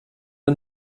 der